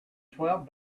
twelve